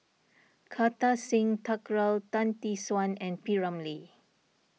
Kartar Singh Thakral Tan Tee Suan and P Ramlee